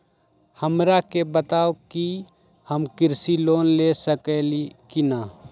हमरा के बताव कि हम कृषि लोन ले सकेली की न?